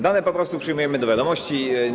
Dane po prostu przyjmujemy do wiadomości.